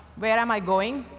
where am i going?